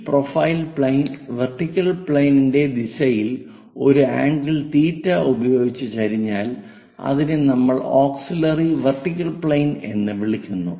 ഈ profile plane vertical പ്ലെയിനിന്റെ ദിശയിൽ ഒരു ആംഗിൾ തീറ്റ θ ഉപയോഗിച്ച് ചരിഞ്ഞാൽ അതിനെ നമ്മൾ ഓക്സിലിയറി വെർട്ടിക്കൽ പ്ലെയിൻ എന്ന് വിളിക്കുന്നു